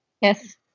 Yes